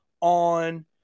on